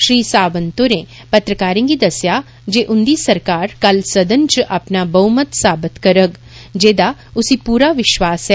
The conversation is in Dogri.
श्री सावंत होरें पत्रकारें गी दस्सेआ जे उन्दी सरकार कल सदन च अपना बहुमत साबित करग जेदा उसी पूरा विष्वास ऐ